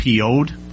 PO'd